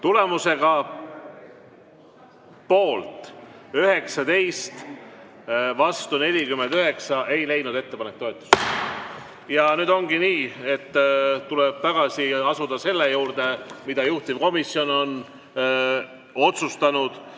Tulemusega poolt 19, vastu 49 ei leidnud ettepanek toetust. Nüüd on nii, et tuleb taas asuda selle juurde, mida juhtivkomisjon on otsustanud: